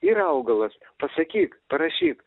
yra augalas pasakyk parašyk